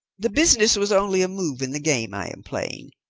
the business was only a move in the game i am playing,